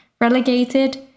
relegated